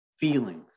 Feelings